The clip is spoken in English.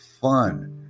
fun